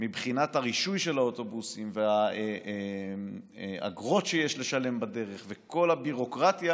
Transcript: מבחינת הרישוי של האוטובוסים והאגרות שיש לשלם בדרך וכל הביורוקרטיה